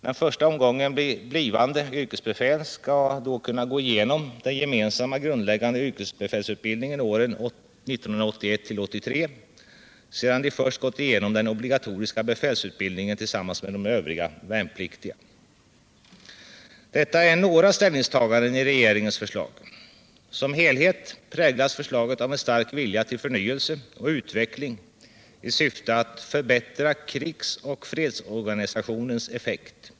Den första omgången blivande yrkesbefäl skall då kunna gå igenom den gemensamma grundläggande yrkesbefälsutbildningen åren 1981-1983 — sedan de först gått igenom den obligatoriska befälsutbildningen tillsammans med övriga värnpliktiga. Detta är några ställningstaganden i regeringens förslag. Som helhet präglas försvaret av en stark vilja till förnyelse och utveckling i syfte att förbättra krigsoch fredsorganisationens effekt.